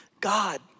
God